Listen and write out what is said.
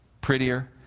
prettier